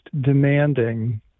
demanding